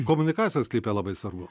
komunikacija sklype labai svarbu